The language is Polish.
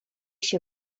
się